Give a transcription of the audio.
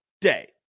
day